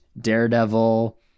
Daredevil